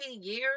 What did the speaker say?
years